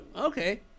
Okay